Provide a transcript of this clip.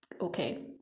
okay